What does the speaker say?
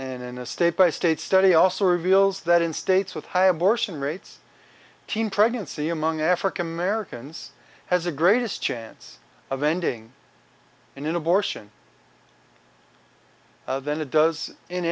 and in a state by state study also reveals that in states with high abortion rates teen pregnancy among african americans has the greatest chance of ending in abortion than it does in